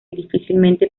difícilmente